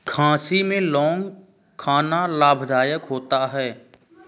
खांसी में लौंग खाना लाभदायक होता है